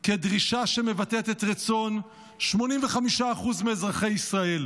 כדרישה שמבטאת את רצון 85% מאזרחי ישראל.